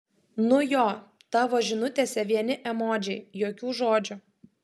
nu jo tavo žinutėse vieni emodžiai jokių žodžių